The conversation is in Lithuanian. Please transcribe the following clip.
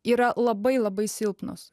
yra labai labai silpnos